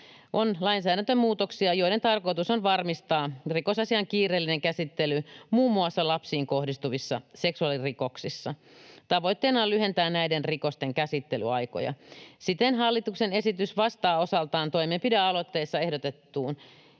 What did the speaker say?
on lainsäädäntömuutoksia, joiden tarkoitus on varmistaa rikosasian kiireellinen käsittely muun muassa lapsiin kohdistuvissa seksuaalirikoksissa. Tavoitteena on lyhentää näiden rikosten käsittelyaikoja. Siten hallituksen esitys vastaa osaltaan toimenpidealoitteessa ehdotettuun,